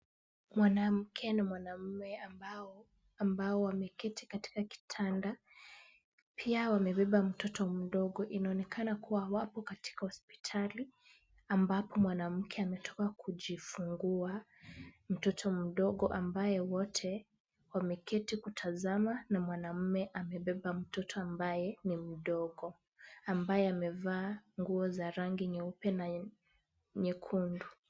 Mwanamke na mwanamme ambao, ambao wameketi katika kitanda, pia wamebeba mtoto mdogo. Inaonekana kuwa wapo katika hospitali, ambapo mwanamke ametoka kujifungua mtoto mdogo, ambayo wote wameketi kutazama na mwanamme amebeba mtoto ambaye ni mdogo, ambaye amevaa nguo za rangi nyeupe na nyekundu.